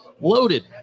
Loaded